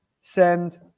Send